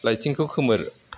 लाइटिंखौ खोमोर